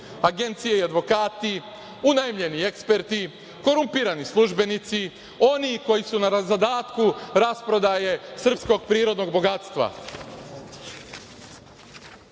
agencije i advokati, unajmljeni eksperti, korumpirani službenici, oni koji su na zadatku rasprodaje srpskog prirodnog bogatstva. Dakle,